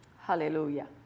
Hallelujah